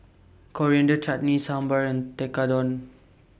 Coriander Chutney Sambar and Tekkadon